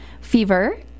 fever